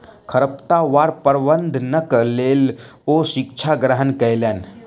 खरपतवार प्रबंधनक लेल ओ शिक्षा ग्रहण कयलैन